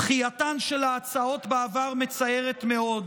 דחייתן של ההצעות בעבר מצערת מאוד.